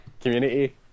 community